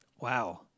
wow